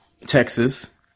Texas